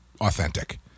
authentic